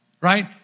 right